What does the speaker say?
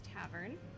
Tavern